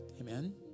Amen